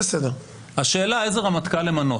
השאלה איזה רמטכ"ל למנות,